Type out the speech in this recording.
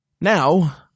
Now